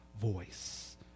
voice